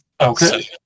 okay